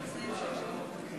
חמש דקות לרשותך.